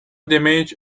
damage